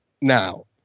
now